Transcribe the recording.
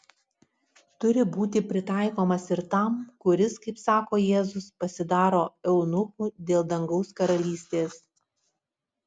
turi būti pritaikomas ir tam kuris kaip sako jėzus pasidaro eunuchu dėl dangaus karalystės